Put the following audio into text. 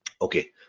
Okay